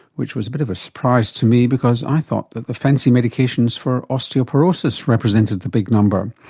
which was a bit of a surprise to me because i thought that the fancy medications for osteoporosis represented the big number.